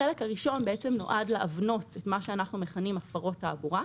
החלק הראשון נועד להבנות את מה שאנחנו מכנים הפרות תעבורה.